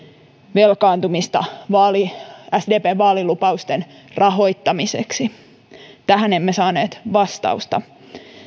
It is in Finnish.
velkaantumista sdpn vaalilupausten rahoittamiseksi tähän emme saaneet vastausta